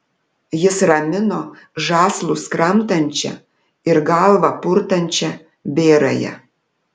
jis ramino žąslus kramtančią ir galvą purtančią bėrąją